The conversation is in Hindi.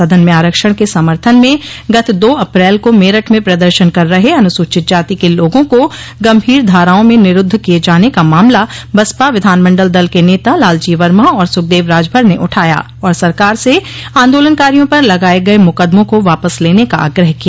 सदन में आरक्षण के समर्थन में गत दो अप्रैल को मेरठ में प्रदर्शन कर रहे अनुसूचित जाति के लोगों को गंभीर धाराओं में निरूद्व किये जाने का मामला बसपा विधानमंडल दल के नेता लालजी वर्मा और सुखदेव राजभर ने उठाया और सरकार से आन्दोलनकारियों पर लगाये गये मुकदमों को वापस लेने का आग्रह किया